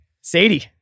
Sadie